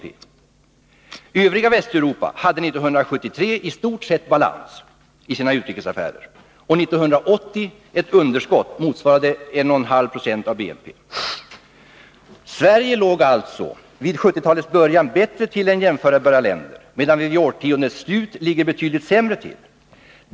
Det övriga Västeuropa hade 1973 i stort sett balans i sina utrikesaffärer och 1980 ett underskott motsvarande 1,5 26 av BNP. Sverige låg alltså vid 1970-talets början bättre till än jämförbara länder, medan vi vid årtiondets slut låg betydligt sämre till.